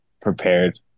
prepared